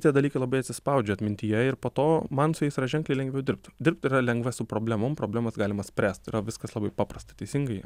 tie dalykai labai atsispaudžia atmintyje ir po to man su jais yra ženkliai lengviau dirbt dirbt yra lengva su problemom problemas galima spręst yra viskas labai paprasta teisingai